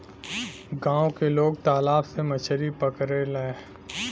गांव के लोग तालाब से मछरी पकड़ेला